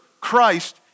Christ